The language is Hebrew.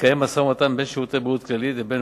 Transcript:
התקיים משא-ומתן בין "שירותי בריאות כללית" לבין